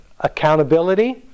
accountability